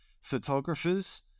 photographers